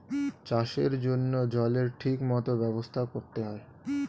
চাষের জন্য জলের ঠিক মত ব্যবস্থা করতে হয়